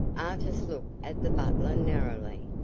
artis looked at the butler narrowly,